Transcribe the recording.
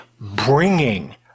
bringing